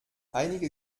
einige